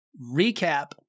recap